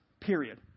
period